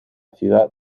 ciudad